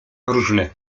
różne